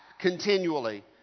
continually